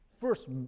first